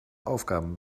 aufgaben